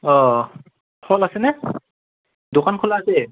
অ' ফল আছেনে দোকান খোলা আছে